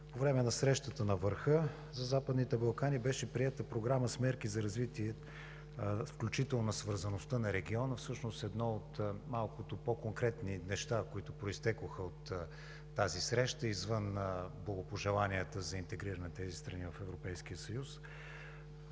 По време на Срещата на върха за Западните Балкани беше приета Програма с мерки за развитие, включително за свързаността на региона – всъщност едно от малкото по-конкретни неща, които произтекоха от тази среща извън благопожеланията за интегриране на тези страни в Европейския съюз.